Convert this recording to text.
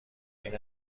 این